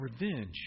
revenge